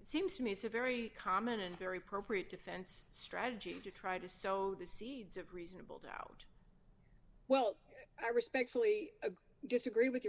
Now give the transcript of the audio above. it seems to me it's a very common and very pro create defense strategy to try to sow the seeds of reasonable doubt well i respectfully disagree with